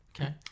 okay